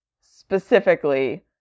specifically